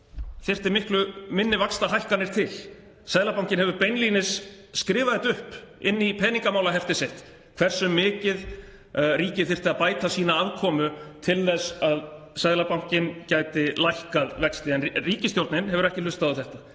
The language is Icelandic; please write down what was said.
þyrfti miklu minni vaxtahækkanir til. Seðlabankinn hefur beinlínis skrifað það upp inn í Peningamálaheftið sitt hversu mikið ríkið þyrfti að bæta sína afkomu til þess að Seðlabankinn gæti lækkað vexti. En ríkisstjórnin hefur ekki hlustað á þetta.